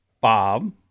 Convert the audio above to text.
Bob